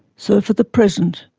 so, for the present,